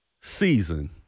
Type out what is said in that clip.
season